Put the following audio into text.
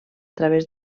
través